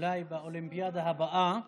אולי באולימפיאדה הבאה